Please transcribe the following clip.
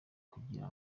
kugira